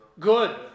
Good